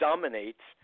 Dominates